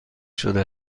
شده